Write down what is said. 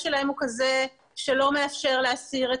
שלא עמד בהוראות החוק ונפגעה זכותו של אדם הוא מקרה אחד יותר